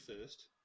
first